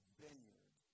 vineyard